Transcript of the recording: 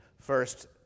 First